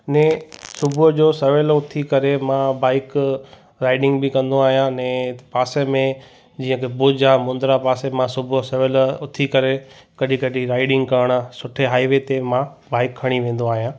ने सुबुह जो सवेल उथी करे मां बाइक राइडिंग बि कंदो आहियां ने पासे में जीअं त भुज आहे मुंद्रा पासे मां सुबुह जो सवेल उथी करे कॾहिं कॾहिं राइडिंग करणु सुठे हाईवे ते मां बाइक खणी वेंदो आहियां